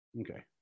okay